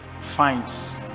finds